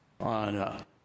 on